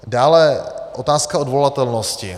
Dále otázka odvolatelnosti.